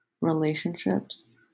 Relationships